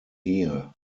here